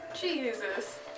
Jesus